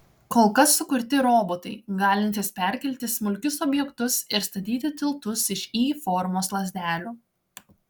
kol kas sukurti robotai galintys perkelti smulkius objektus ir statyti tiltus iš y formos lazdelių